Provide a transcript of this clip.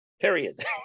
Period